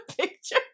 picture